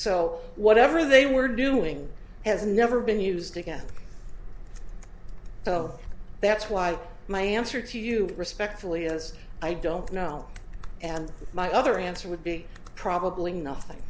so whatever they were doing has never been used again so that's why my answer to you respectfully is i don't know and my other answer would be probably nothing